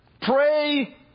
pray